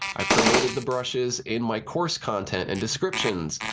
i promoted the brushes in my course content and descriptions.